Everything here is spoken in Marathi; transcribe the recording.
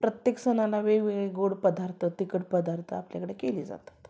प्रत्येक सणांना वेगवेगळे गोड पदार्थ तिखट पदार्थ आपल्याकडे केले जातात